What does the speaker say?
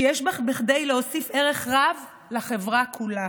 שיש בה כדי להוסיף ערך רב לחברה כולה